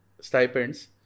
stipends